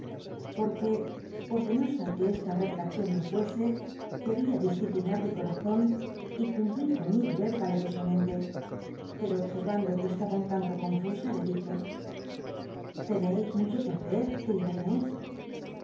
porque por penosa rnc esta rcvelacíon me fuese qucl'ia disciplinar mí corazon y cumplir con mi deber yalcrosamente pero obscrvando que estaba un tanto confusa le dije l'eneis mucho que hacer uerida inés